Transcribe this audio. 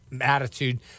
attitude